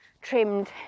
trimmed